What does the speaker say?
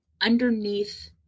underneath